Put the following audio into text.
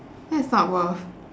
that's not worth